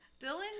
Dylan